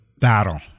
battle